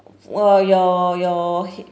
uh your your